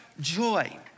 joy